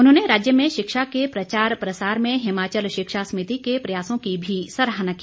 उन्होंने राज्य में शिक्षा के प्रचार प्रसार में हिमाचल शिक्षा समिति के प्रयासों की भी सराहना की